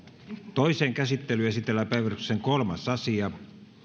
toiseen käsittelyyn esitellään päiväjärjestyksen kolmas asia